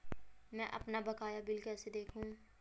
मैं अपना बकाया बिल कैसे देखूं?